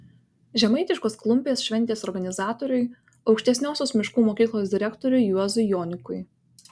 žemaitiškos klumpės šventės organizatoriui aukštesniosios miškų mokyklos direktoriui juozui jonikui